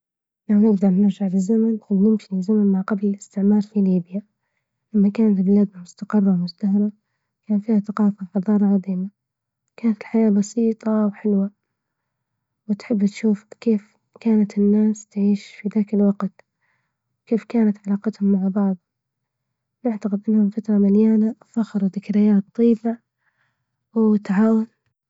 لو نجدرنرجع بالزمن ما قبل الإستعمار في ليبيا، لما كانت البلاد مستقرة ومزدهرة كان فيها ثقافة وحضارة عظيمة، وكانت الحياة بسيطة وحلوة، وتحب تشوف كيف كانت الناس تعيش في ذاك الوقت؟ وكيف كانت مع بعض؟ نعتقد إنها فترة مليانة فخر وذكريات طيبة وتعاون.